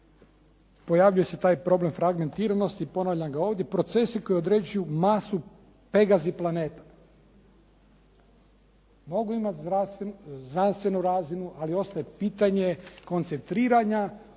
pojavljuje se taj problem fragmentiranosti, ponavljam ga ovdje. Procesi koji određuju masu … /Govornik se ne razumije./ … Mogu imati znanstvenu razinu, ali ostaje pitanje koncentriranja ograničenih